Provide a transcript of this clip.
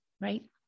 Right